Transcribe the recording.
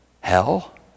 hell